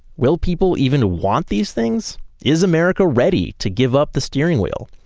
will people even want these things? is america ready to give up the steering wheel?